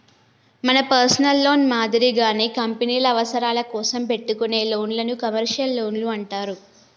మన personal loan మాదిరిగానే కంపెనీల అవసరాల కోసం పెట్టుకునే లోన్లను కమర్షియల్ లోన్లు అంటారు